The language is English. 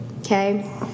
Okay